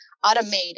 Automated